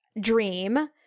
dream